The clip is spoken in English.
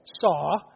saw